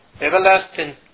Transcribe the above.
everlasting